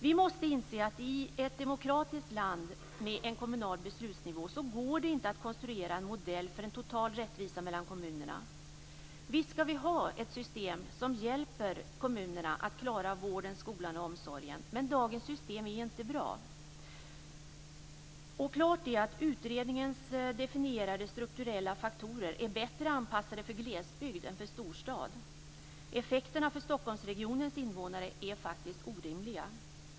Vi måste inse att i ett demokratiskt land med en kommunal beslutsnivå går det inte att konstruera en modell för en total rättvisa mellan kommunerna. Visst skall vi ha ett system som hjälper kommunerna att klara vården, skolan och omsorgen, men dagens system är inte bra. Klart är också att utredningens definierade strukturella faktorer är bättre anpassade för glesbygd än för storstad. Effekterna för Stockholmsregionens invånare är faktiskt orimliga.